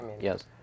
Yes